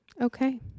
okay